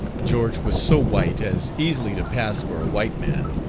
george was so white as easily to pass for a white man,